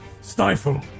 stifle